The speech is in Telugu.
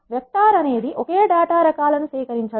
వెక్టార్ అనేది ఒకే డేటా రకాలను సేకరించడం